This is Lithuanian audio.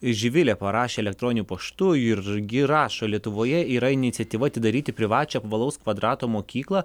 živilė parašė elektroniniu paštu ir gi rašo lietuvoje yra iniciatyva atidaryti privačią apvalaus kvadrato mokyklą